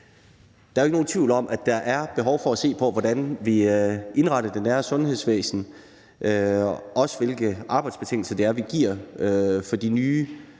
Der er jo ikke nogen tvivl om, at der er behov for at se på, hvordan vi indretter det nære sundhedsvæsen, også hvilke arbejdsbetingelser vi giver til de nye